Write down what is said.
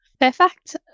Perfect